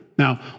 Now